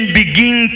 begin